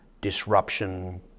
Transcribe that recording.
disruption